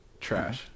Trash